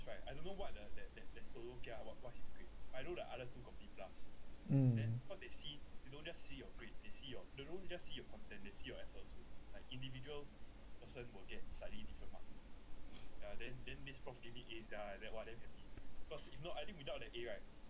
mm